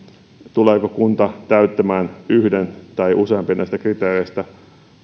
tuleeko kunta täyttämään yhden tai useampia näistä kriteereistä